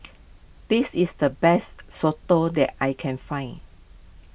this is the best Soto that I can find